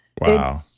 Wow